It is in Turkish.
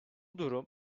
durum